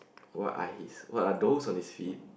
what are his what are those on his feet